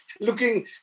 Looking